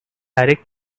direct